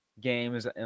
games